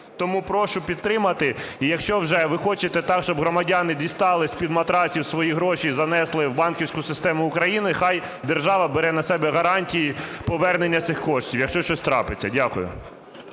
Тому прошу підтримати. І якщо вже ви хочете так, щоб громадяни дістали з-під матраців свої гроші і занесли в банківську систему України, хай держава бере на себе гарантії повернення цих коштів, якщо щось трапиться. Дякую.